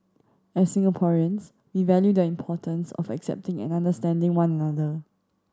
as Singaporeans we value the importance of accepting and understanding one another